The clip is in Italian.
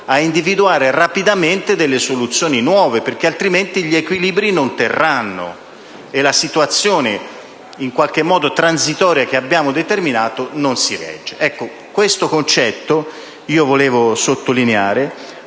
a individuare rapidamente soluzioni nuove. Diversamente, gli equilibri non terranno e la situazione in qualche modo transitoria che abbiamo determinato non reggerà. Ecco, volevo sottolineare